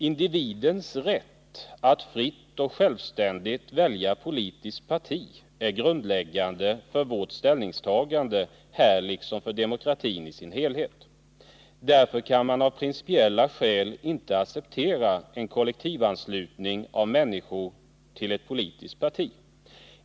Individens rätt att fritt och självständigt välja politiskt parti är grundläggande för vårt ställningstagande här liksom för demokratin i sin helhet. Därför kan man av principiella skäl inte acceptera en kollektivanslutning av människor till ett politiskt parti.